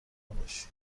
باشی